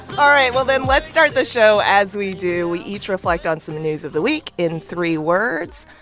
all right. well, then let's start the show as we do. we each reflect on some news of the week in three words.